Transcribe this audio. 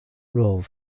romham